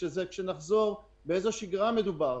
כשנחזור באיזו שגרה מדובר?